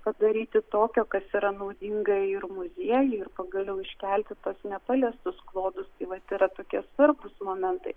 padaryti tokio kas yra naudinga ir muziejui ir pagaliau iškelti tuos nepaliestus klodus tai vat yra tokie svarbūs momentai